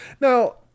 Now